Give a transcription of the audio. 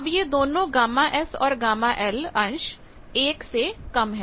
अब यह दोनों γS और γLअंश 1 से कम है